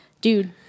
dude